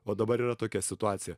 o dabar yra tokia situacija